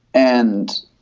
and,